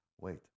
Wait